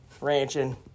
ranching